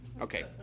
Okay